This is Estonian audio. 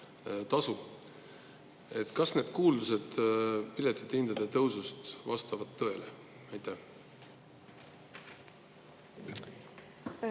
Kas kuuldused piletihindade tõusust vastavad tõele?